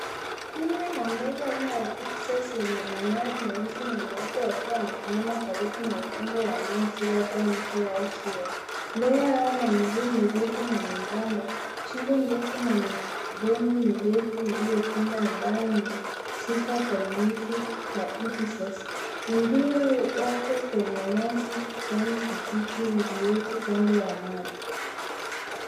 Kundi la ndege aina ya ipses wenye manyoya meusi na meupe wakiwa wamesimama karibu na ukingo wa maji labda mto wa ziwa. Ndege hawa wana miguu mindefu na mebamba, shingo ndefu na midomo mirefu iliopinda ambayo ni sifa bainifu za ipses . Wengine wako kwenye nyasi kijani kibichi iliopo kando ya maji.